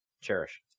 Cherish